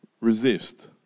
resist